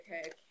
okay